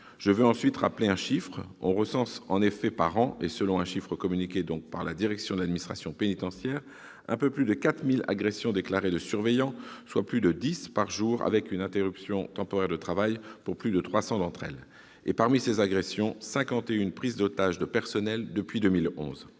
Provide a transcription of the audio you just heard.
Je veux ensuite rappeler un chiffre : on recense en effet chaque année- et selon un chiffre communiqué par la direction de l'administration pénitentiaire un peu plus de 4 000 agressions déclarées de surveillants, soit plus de dix par jour -, avec une interruption temporaire de travail, pour plus de 300 d'entre elles. Parmi ces agressions, on recense 51 prises d'otages de personnels depuis 2011.